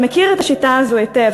שמכיר את השיטה הזאת היטב,